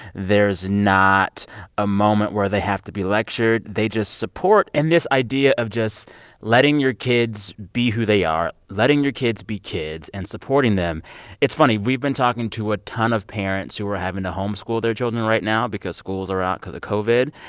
there's not a moment where they have to be lectured. they just support. and this idea of just letting your kids be who they are, letting your kids be kids and supporting them it's funny. we've been talking to a ton of parents who are having to home-school their children right now because schools are out cause of covid.